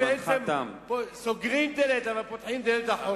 הם בעצם סוגרים דלת, אבל פותחים דלת אחורית.